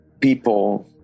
people